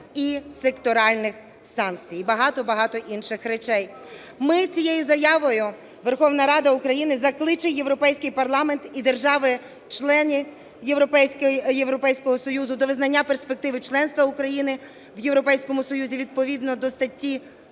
і секторальних санкцій, і багато, багато інших речей. Ми цією заявою, Верховна Рада України закличе Європейський парламент і держави-члени Європейського Союзу до визнання перспективи членства України в Європейському Союзі відповідно до статті